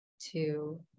two